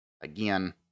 Again